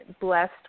blessed